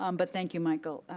um but thank you michael,